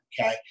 okay